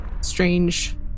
strange